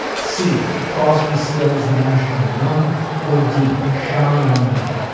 c crosby stills nash and young or d. shawn nana